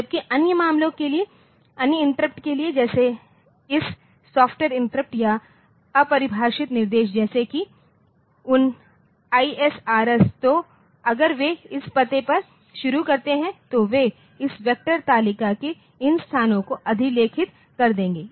जबकि अन्य मामलों के लिए अन्य इंटरप्ट के लिए जैसे इस सॉफ्टवेयर इंटरप्ट या अपरिभाषित निर्देश जैसे कि उन ISRS तो अगर वे इस पते पर शुरू करते हैं तो वे इस वेक्टर तालिका के इन स्थानों को अधिलेखित कर देंगे